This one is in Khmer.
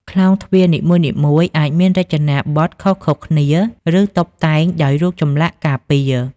ក្លោងទ្វារនីមួយៗអាចមានរចនាបថខុសៗគ្នា ឬតុបតែងដោយរូបចម្លាក់ការពារ។